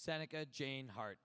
seneca jane hart